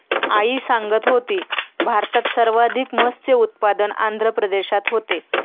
आई सांगत होती, भारतात सर्वाधिक मत्स्य उत्पादन आंध्र प्रदेशात होते